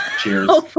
Cheers